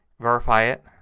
verify it,